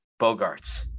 Bogarts